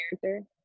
character